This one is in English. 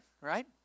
right